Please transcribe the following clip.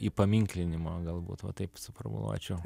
įpaminklinimo galbūt va taip suformuluočiau